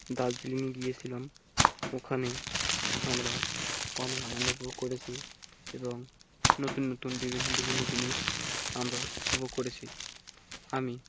দার্জিলিংয়ে গিয়েছিলাম ওখানে আমরা অনেক আনন্দ উপভোগ করেছি এবং নতুন নতুন বিভিন্ন বিভিন্ন জিনিস আমরা উপভোগ করেছি আমি